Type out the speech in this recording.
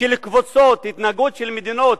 של קבוצות, התנהגות של מדינות.